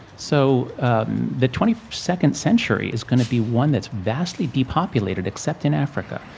so and the twenty second century is going to be one that's vastly depopulated, except in africa.